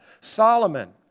Solomon